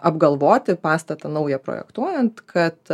apgalvoti pastatą naują projektuojant kad